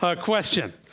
question